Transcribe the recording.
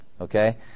okay